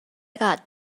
got